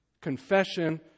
Confession